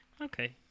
Okay